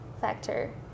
factor